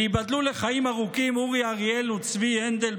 וייבדלו לחיים ארוכים אורי אריאל וצבי הנדל.